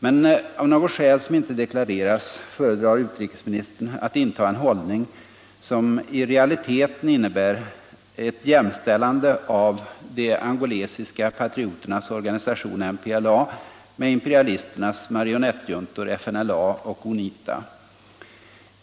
Men av något skäl, som inte deklareras, föredrar utrikesministern att inta en hållning som i realiteten innebär ett jämställande av de angolesiska patrioternas organisation MPLA med imperialisternas marionettjuntor FNLA och UNITA.